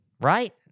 right